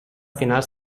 finals